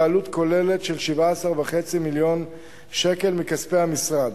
בעלות כוללת של 17.5 מיליון שקל מכספי המשרד,